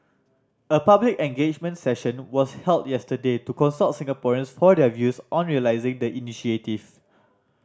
a public engagement session was held yesterday to consult Singaporeans for their views on realising the initiative